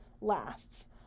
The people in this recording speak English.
lasts